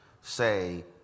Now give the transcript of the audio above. say